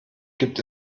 gibt